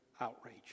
outrage